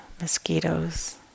mosquitoes